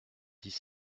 dix